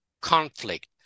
conflict